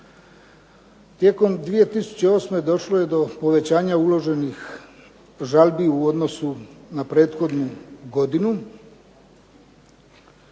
Tijekom 2008. došlo je do povećanja uloženih žalbi u odnosu na prethodnu godinu.